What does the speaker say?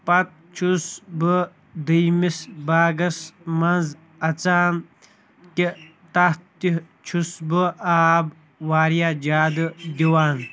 پَتہٕ چھُس بہٕ دوٚیِٚمِس باغَس منٛز اَژان تہِ تَتھ تہِ چھُس بہٕ آب واریاہ زیادٕ دِوان